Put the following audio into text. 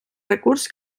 recurs